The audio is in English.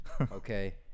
Okay